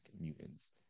mutants